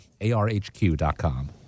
arhq.com